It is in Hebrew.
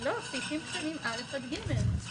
לא, סעיפים קטנים (א) עד (ג).